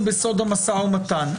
בסוד המשא ומתן.